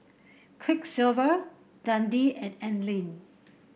Quiksilver Dundee and Anlene